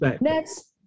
Next